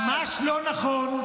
ממש לא נכון.